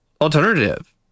alternative